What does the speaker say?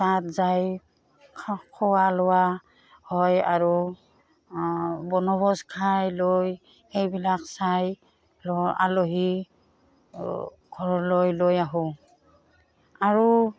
তাত যায় খোৱা লোৱা হয় আৰু বনভোজ খাই লৈ সেইবিলাক চাই লৈ আলহী ঘৰলৈ লৈ আহোঁ আৰু